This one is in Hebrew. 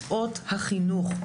שעות החינוך,